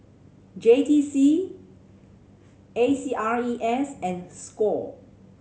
J T C A C R E S and score